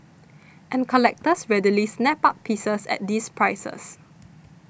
and collectors readily snap up pieces at these prices